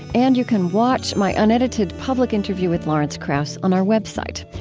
and you can watch my unedited public interview with lawrence krauss on our website.